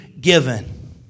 given